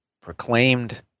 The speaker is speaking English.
proclaimed